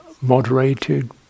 moderated